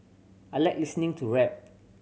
I like listening to rap